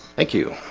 thank you.